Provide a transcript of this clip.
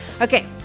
Okay